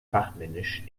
fachmännisch